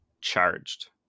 Charged